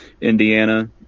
Indiana